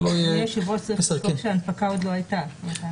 אדוני היושב ראש, ההנפקה עוד לא הייתה.